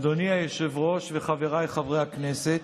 אדוני היושב-ראש וחבריי חברי הכנסת,